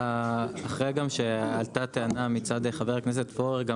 אחרי גם שעלתה טענה מצד חבר הכנסת פורר גם